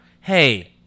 Hey